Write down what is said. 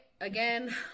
Again